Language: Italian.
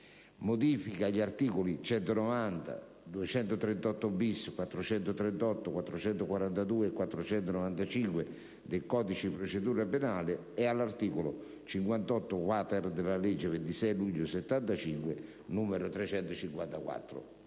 «Modifiche agli articoli 190, 238-*bis*, 438, 442 e 495 del codice di procedura penale e all'articolo 58-*quater* della legge 26 luglio 1975, n. 354».